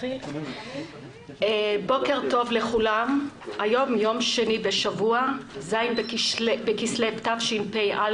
בוקר טוב לכולם, יום שני ז' בכסליו התשפ"א,